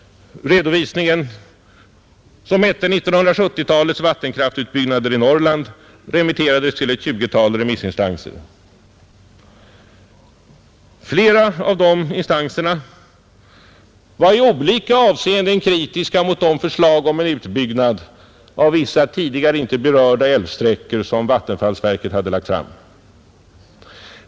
Redovisningen, som hette 1970-talets vattenkraftsutbyggnader i Norrland, remitterades till ett tjugotal remissinstanser. Flera av de instanserna var i olika avseenden kritiska mot de förslag om utbyggnad av vissa tidigare inte berörda älvsträckor som vattenfallsverket lagt fram.